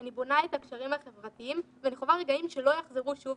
אני בונה את הקשרים החברתיים ואני חווה רגעים שלא יחזרו שוב